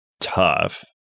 tough